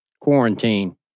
Quarantine